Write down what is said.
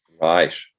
Right